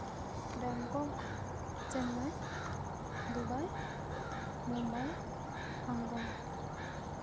bang kong Chennai Dubai Mumbai Hong Kong